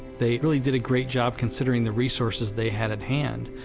they really did a great job considering the resources they had at hand.